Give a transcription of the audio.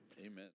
Amen